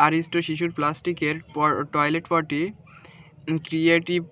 Aristo শিশুর প্লাস্টিকের toilet potty creative